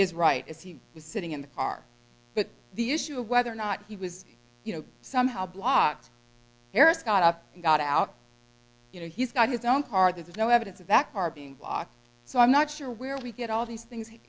his right as he was sitting in the car but the issue of whether or not he was you know somehow blocked harris got up and got out you know he's got his own car there's no evidence of that car being blocked so i'm not sure where we get all these things he